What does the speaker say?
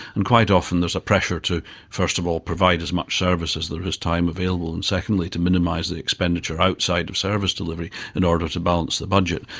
and quite often there is a pressure to first of all provide as much service as there is time available, and secondly to minimise the expenditure outside of service delivery in order to balance the budget.